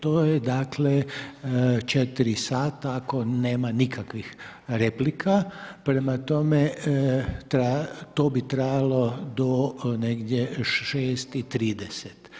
To je dakle, 4 sata, ako nema nikakvih replika, prema tome, to bi trajalo do negdje 6,30.